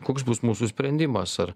koks bus mūsų sprendimas ar